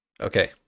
Okay